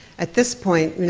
at this point,